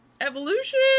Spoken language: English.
evolution